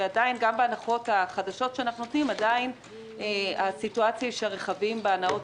וגם בהנחות החדשות שאנחנו נותנים עדיין הסיטואציה היא שהרכבים בהנעות